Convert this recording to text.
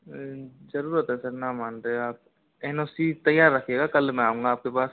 जरूरत है सर ना मान रहे आप एन ओ सी तैयार रखिएगा कल मैं आऊँगा आपके पास